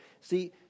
See